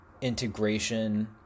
integration